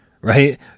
right